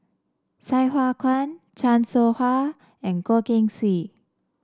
Sai Hua Kuan Chan Soh Ha and Goh Keng Swee